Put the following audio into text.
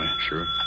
Sure